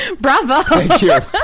bravo